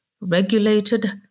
regulated